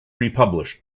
republished